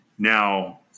Now